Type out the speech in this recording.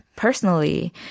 Personally